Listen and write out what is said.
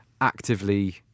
actively